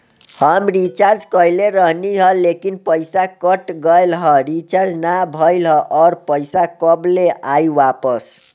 हम रीचार्ज कईले रहनी ह लेकिन पईसा कट गएल ह रीचार्ज ना भइल ह और पईसा कब ले आईवापस?